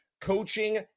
coaching